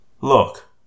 Look